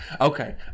Okay